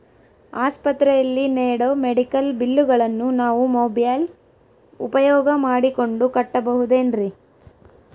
ಆಸ್ಪತ್ರೆಯಲ್ಲಿ ನೇಡೋ ಮೆಡಿಕಲ್ ಬಿಲ್ಲುಗಳನ್ನು ನಾವು ಮೋಬ್ಯೆಲ್ ಉಪಯೋಗ ಮಾಡಿಕೊಂಡು ಕಟ್ಟಬಹುದೇನ್ರಿ?